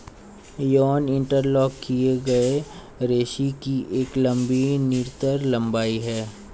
yarn interlock किए गए रेशों की एक लंबी निरंतर लंबाई है